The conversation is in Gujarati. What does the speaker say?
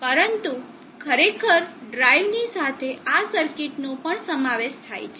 પરંતુ ખરેખર ડ્રાઇવની સાથે આ સર્કિટનો પણ સમાવેશ થાય છે